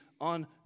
on